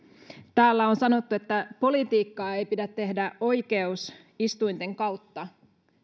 täällä on sanottu että politiikkaa ei pidä tehdä oikeusistuinten kautta